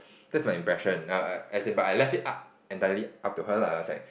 that's my impression err err as in but I left it up entirely up to her lah I was like